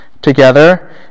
together